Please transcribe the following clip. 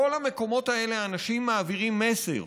בכל המקומות האלה האנשים מעבירים מסר: